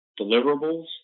deliverables